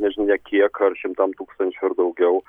nežinia kiek ar šimtam tūkstančių ar daugiau